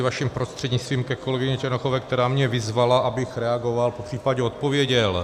Vaším prostřednictvím ke kolegyni Černochové, která mě vyzvala, abych reagoval, popřípadě odpověděl.